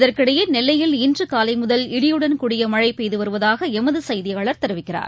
இதற்கிடையேநெல்லையில் இன்றுகாலைமுதல் இடியுடன் கூடிய மழைபெய்துவருவதாகஎமதுசெய்தியாளர் தெரிவிக்கிறார்